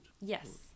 yes